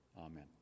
Amen